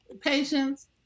Patience